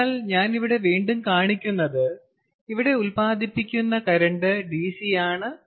അതിനാൽ ഞാൻ ഇവിടെ വീണ്ടും കാണിക്കുന്നത് ഇവിടെ ഉൽപ്പാദിപ്പിക്കുന്ന കറന്റ് DC ആണ്